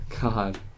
God